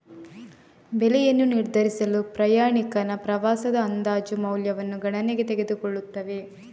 ಬೆಲೆಯನ್ನು ನಿರ್ಧರಿಸಲು ಪ್ರಯಾಣಿಕನ ಪ್ರವಾಸದ ಅಂದಾಜು ಮೌಲ್ಯವನ್ನು ಗಣನೆಗೆ ತೆಗೆದುಕೊಳ್ಳುತ್ತವೆ